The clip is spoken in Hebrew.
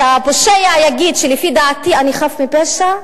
שהפושע יגיד: לפי דעתי אני חף מפשע?